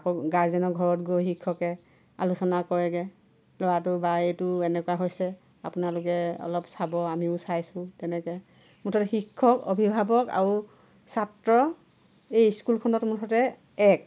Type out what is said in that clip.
আকৌ গাৰ্জেনৰ ঘৰত গৈ শিক্ষকে আলোচনা কৰেগে ল'ৰাটো বা এইটো এনেকুৱা হৈছে আপোনালোকে অলপ চাব আমিও চাইছোঁ তেনেকে মুঠতে শিক্ষক অভিভাৱক আৰু ছাত্ৰ এই স্কুলখনত মুঠতে এক